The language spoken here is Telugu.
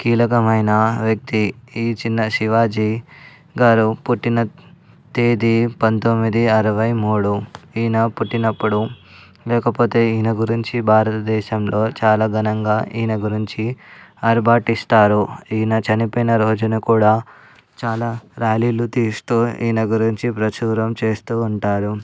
కీలకమైన వ్యక్తి ఈ చిన్న శివాజీ గారు పుట్టిన తేదీ పందొమ్మిది అరవై మూడు ఈయన పుట్టినప్పుడు లేకపోతే ఈయన గురించి భారత దేశంలో చాలా ఘనంగా ఈయన గురించి ఆర్బాటిస్తారు ఈయన చనిపోయిన రోజున కూడా చాలా ర్యాలీలు తీస్తూ ఈయన గురించి ప్రచారం చేస్తూ ఉంటారు